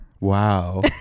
Wow